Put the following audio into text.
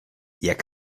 jak